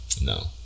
no